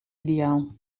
ideaal